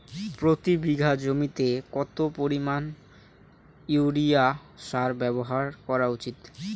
প্রতি বিঘা জমিতে কত পরিমাণ ইউরিয়া সার ব্যবহার করা উচিৎ?